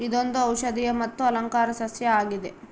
ಇದೊಂದು ಔಷದಿಯ ಮತ್ತು ಅಲಂಕಾರ ಸಸ್ಯ ಆಗಿದೆ